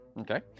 Okay